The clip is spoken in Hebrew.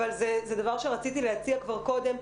אבל זה דבר שרציתי להציע כבר קודם,